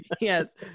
yes